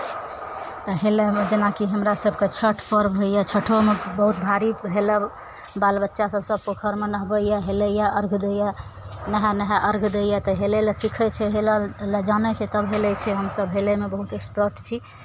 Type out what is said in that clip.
आ हेलयमे जेनाकि हमरा सभकेँ छठि पर्व होइए छठिओमे बहुत भारी हेलब बाल बच्चासभ सभ पोखरिमे नहबैए हेलैए अर्घ दैए नहा नहा अर्घ दैए तऽ हेलय लए सीखै छै हेलय लए जानै छै तब हेलै छै हमसभ हेलयमे बहुत एक्सपर्ट छी